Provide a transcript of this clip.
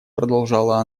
продолжала